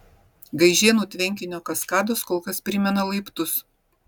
gaižėnų tvenkinio kaskados kol kas primena laiptus